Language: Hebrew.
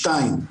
שתיים,